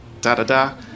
da-da-da